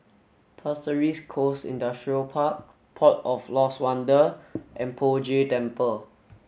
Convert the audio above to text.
Pasir Ris Coast Industrial Park Port of Lost Wonder and Poh Jay Temple